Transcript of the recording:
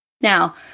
Now